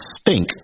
stink